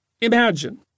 Imagine